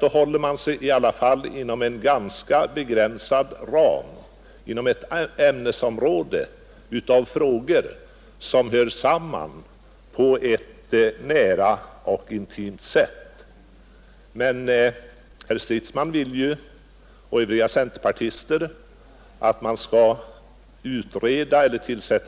Då håller man sig i alla fall inom en ganska begränsad ram, och man håller sig till frågor som hör samman på ett nära och intimt sätt. Herr Stridsman och övriga centerpartister vill att